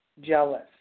jealous